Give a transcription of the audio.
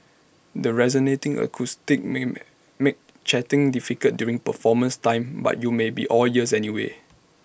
the resonating acoustics may make make chatting difficult during performance time but you may be all ears anyway